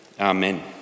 Amen